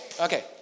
Okay